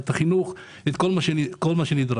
את החינוך ואת כל מה שנדרש.